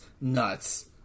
nuts